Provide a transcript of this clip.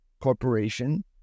corporation